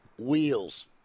Wheels